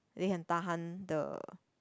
they can tahan the